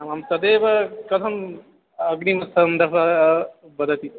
आमं तदेव कथम् अग्निं सन्दर्भं वदति